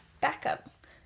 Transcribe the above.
backup